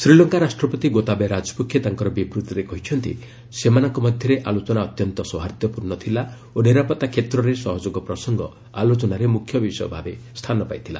ଶ୍ରୀଲଙ୍କା ରାଷ୍ଟ୍ରପତି ଗୋତାବୟେ ରାଜପକ୍ଷେ ତାଙ୍କର ବିବୂଭିରେ କହିଛନ୍ତି ସେମାନଙ୍କ ମଧ୍ୟରେ ଆଲୋଚନା ଅତ୍ୟନ୍ତ ସୌହାର୍ଦ୍ଦ୍ୟପୂର୍ଣ୍ଣ ଥିଲା ଓ ନିରାପତ୍ତା କ୍ଷେତ୍ରରେ ସହଯୋଗ ପ୍ରସଙ୍ଗ ଆଲୋଚନାରେ ମୁଖ୍ୟ ବିଷୟ ଭାବେ ସ୍ଥାନ ପାଇଥିଲା